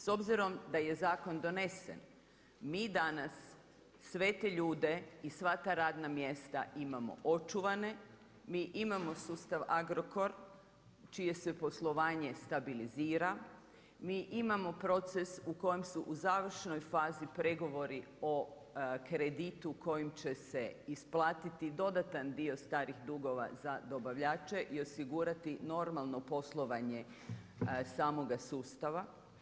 S obzirom, da je zakon donesen, mi danas sve te ljude i sva ta radna mjesta imamo očuvane, mi imamo sustav Agrokor, čije se stanje stabilizira, mi imamo proces u kojem su u završnoj fazi pregovori o kreditu kojim će se isplatiti dodatan dio starih dugova za dobavljače i osigurati normalno poslovanje samoga sustava.